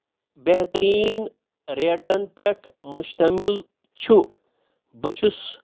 بہتریٖن ریٹن پٮ۪ٹھ مُشتمِل چھُ بہٕ چھُس